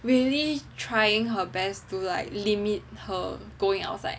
she really trying her best to like limit her going outside